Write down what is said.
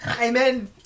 Amen